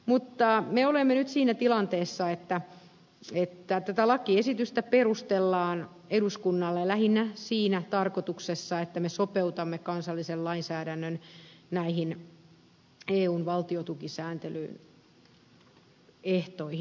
mutta me olemme nyt siinä tilanteessa että tätä lakiesitystä perustellaan eduskunnalle lähinnä siinä tarkoituksessa että me sopeutamme kansallisen lainsäädännön näihin eun valtiotukisääntelyn ehtoihin